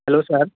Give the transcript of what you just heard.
hello sir